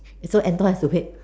so Anton has to wait